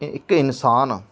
ਇੱਕ ਇਨਸਾਨ